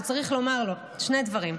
וצריך לומר שני דברים.